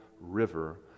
river